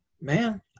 man